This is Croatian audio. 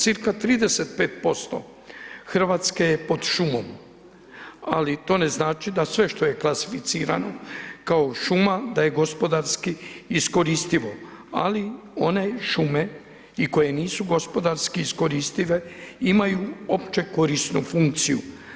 Cca 35% Hrvatske je pod šumom, ali to ne znači da sve što je klasificirano kao šuma da je gospodarski iskoristivo, ali one šume koje nisu gospodarski iskoristive imaju opće korisnu funkciju.